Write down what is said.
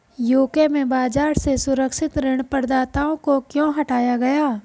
UK में बाजार से सुरक्षित ऋण प्रदाताओं को क्यों हटाया गया?